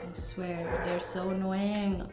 swear, they're so annoying.